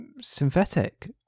synthetic